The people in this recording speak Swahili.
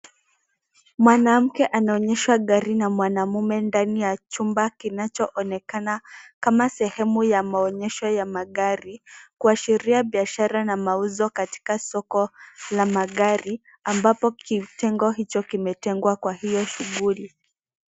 Mwanamke anaoneshwa gari na mwanaume ndani ya chumba kinacho onekana, kama sehemu ya maonyesho ya magari, kuashiria biashara na mauzo katika soko la magari ,ambapo kitengo hicho kimetengwa kwa hiyo shughuli.